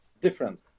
different